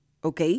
¿ok